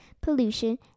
pollution